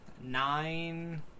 Nine